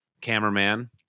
cameraman